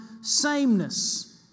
sameness